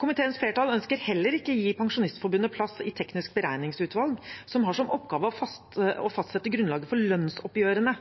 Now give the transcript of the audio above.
Komiteens flertall ønsker heller ikke å gi Pensjonistforbundet plass i Teknisk beregningsutvalg, som har som oppgave å fastsette grunnlaget for lønnsoppgjørene.